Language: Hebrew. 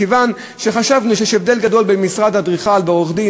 מכיוון שחשבנו שיש הבדל גדול בין משרד אדריכל או עורך-דין